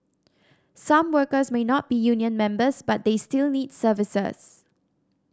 some workers may not be union members but they still need services